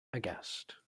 aghast